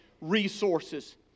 resources